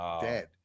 dead